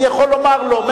אני יכול לומר לו,